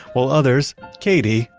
while others, katie,